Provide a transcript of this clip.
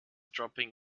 dropping